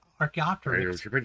Archaeopteryx